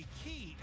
key